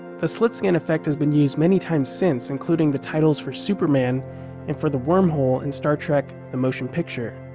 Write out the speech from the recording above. the slitscan effect has been used many times since including the titles for superman and for the wormhole in star trek the motion picture